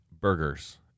burgers